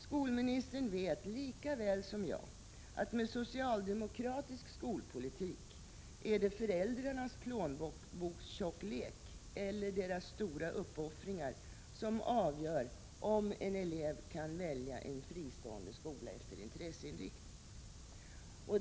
Skolministern vet lika väl som jag att med socialdemokratisk skolpolitik är det föräldrarnas plånbokstjocklek eller deras stora uppoffringar som avgör om en elev kan välja en fristående skola efter intresseinriktning.